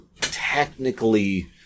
technically